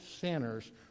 sinners